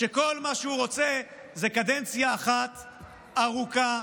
שכל מה שהוא רוצה זה קדנציה אחת ארוכה,